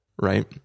Right